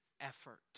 effort